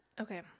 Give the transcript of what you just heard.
okay